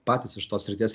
patys iš tos srities